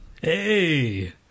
Hey